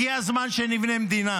הגיע הזמן שנבנה מדינה